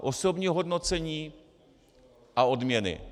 Osobní ohodnocení a odměny.